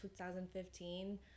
2015